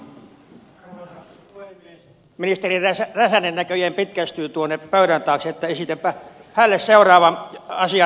ministeri räsänen näköjään pitkästyy tuonne pöydän taakse joten esitänpä hänelle seuraavan asian